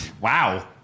Wow